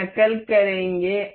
हम नकल करेंगे